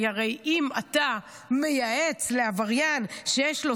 כי הרי אם אתה מייעץ לעבריין שיש לו